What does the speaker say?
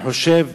אני חושב